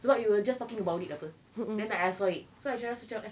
sebab you were just talking about it apa then I saw it so I macam rasa macam eh